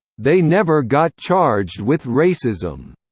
they never got charged with racism.